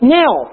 now